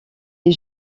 est